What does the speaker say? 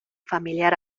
familiar